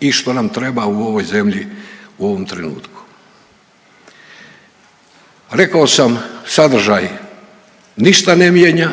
i što nam treba u ovoj zemlji u ovom trenutku. Rekao sam sadržaj ništa ne mijenja,